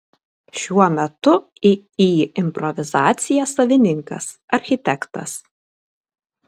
šiuo metu iį improvizacija savininkas architektas